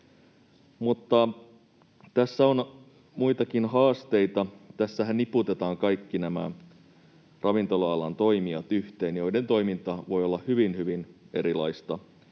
tässä on muitakin haasteita. Tässähän niputetaan yhteen kaikki nämä ravintola-alan toimijat, joiden toiminta voi olla hyvin hyvin erilaista.